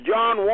John